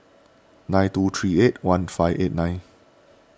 nine two three eight one five eight nine